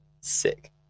sick